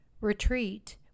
retreat